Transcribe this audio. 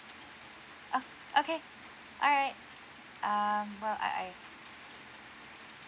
uh okay alright um well I